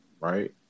right